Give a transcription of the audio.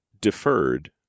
deferred